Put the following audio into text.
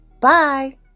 Bye